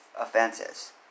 offenses